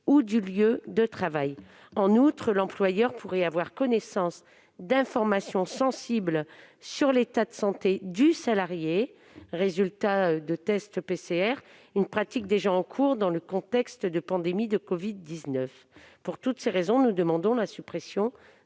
ou le lieu de travail. En outre, l'employeur pourrait avoir connaissance d'informations sensibles sur l'état de santé du salarié, par exemple des résultats de test PCR, une pratique déjà en cours dans le contexte de pandémie de covid-19. Pour toutes ces raisons, nous demandons la suppression